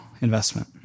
investment